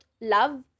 love